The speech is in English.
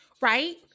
right